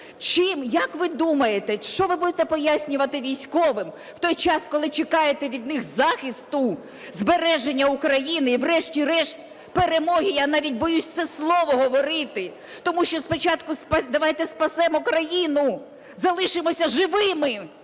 Чим, як ви думаєте, що ви будете пояснювати військовим у той час, коли чекаєте від них захисту, збереження України і врешті-решт перемоги? Я навіть боюсь це слово говорити, тому що спочатку давайте спасемо Україну, залишимося живими,